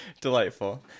delightful